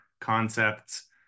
concepts